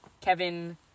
kevin